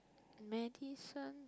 medicine